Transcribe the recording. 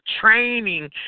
training